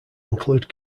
include